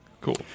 Cool